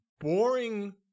boring